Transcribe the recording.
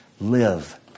live